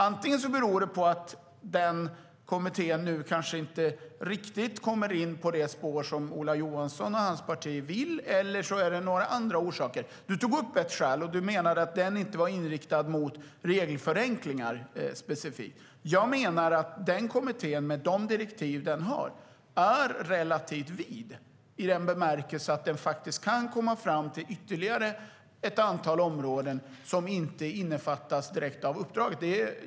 Det beror antingen på att den kommittén nu kanske inte riktigt kommer in på det spår som Ola Johansson och hans parti vill, eller så är det några andra orsaker. Du tog upp ett skäl, Ola Johansson. Du menade nämligen att den inte var inriktad mot regelförenklingar specifikt. Jag menar att kommittén med de direktiv den har är relativt vid i den bemärkelsen att den faktiskt kan komma fram till ytterligare ett antal områden som inte innefattas direkt av uppdraget.